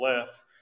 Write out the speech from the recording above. left